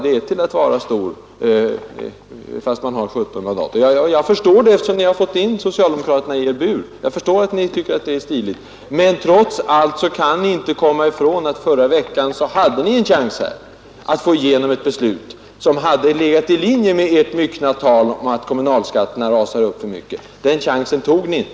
Det är till att vara stor, fast man bara har 17 mandat. Jag förstår det, eftersom ni har fått in socialdemokraterna i er bur. Jag förstår att ni tycker att det är stiligt. Men trots allt kan ni inte komma ifrån att ni förra veckan hade en chans att få igenom ett beslut, som hade legat i linje med ert myckna tal om att kommunalskatterna rasar upp för mycket. Men den chansen tog ni inte.